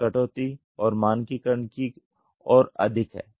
यह कटौती और मानकीकरण की ओर अधिक है